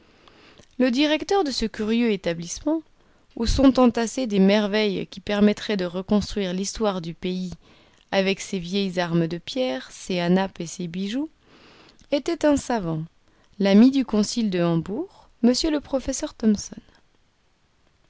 le directeur de ce curieux établissement où sont entassées des merveilles qui permettraient de reconstruire l'histoire du pays avec ses vieilles armes de pierre ses hanaps et ses bijoux était un savant l'ami du consul de hambourg m le professeur thomson